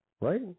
right